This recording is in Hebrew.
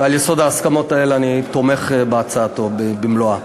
ועל יסוד ההסכמות האלה אני תומך בהצעתו במלואה.